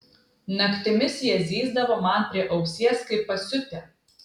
naktimis jie zyzdavo man prie ausies kaip pasiutę